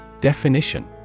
Definition